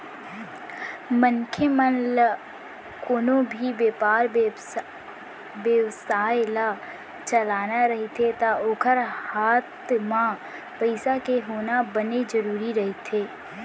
मनखे ल कोनो भी बेपार बेवसाय ल चलाना रहिथे ता ओखर हात म पइसा के होना बने जरुरी रहिथे